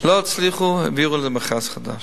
לא הצליחו, והעבירו למכרז חדש.